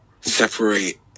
separate